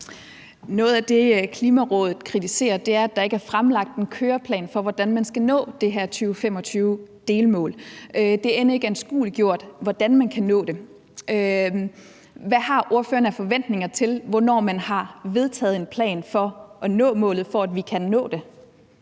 Noget af det, Klimarådet kritiserer, er, at der ikke er fremlagt en køreplan for, hvordan man skal nå det her 2025-delmål. Det er end ikke anskueliggjort, hvordan man kan nå det. Hvad har ordføreren af forventninger til, hvornår man har vedtaget en plan for at nå målet, for at vi kan nå det?